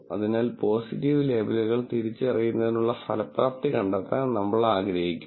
അതിനാൽ പോസിറ്റീവ് ലേബലുകൾ തിരിച്ചറിയുന്നതിനുള്ള ഫലപ്രാപ്തി കണ്ടെത്താൻ നമ്മൾ ആഗ്രഹിക്കുന്നു